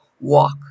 walk